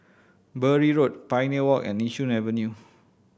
Bury Road Pioneer Walk and Yishun Avenue